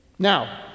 Now